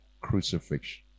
crucifixion